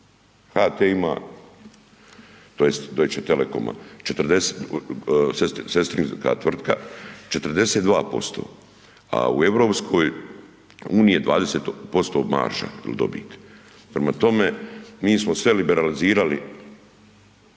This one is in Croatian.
HT ima, tj. Deutsche telekoma sestrinska tvrtka 42%, a u EU je 20% marža ili dobit. Prema tome, mi smo sve liberalizirali